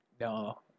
No